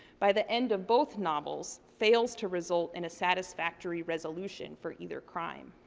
by the end of both novels, fails to result in a satisfactory resolution for either crime.